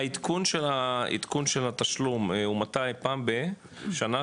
העדכון של התשלום הוא מתי, פעם בשנה?